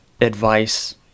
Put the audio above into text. advice